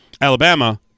Alabama